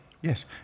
Yes